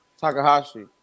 Takahashi